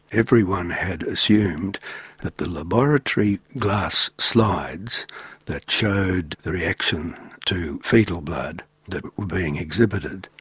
everyone had assumed that the laboratory glass slides that showed the reaction to foetal blood that were being exhibited,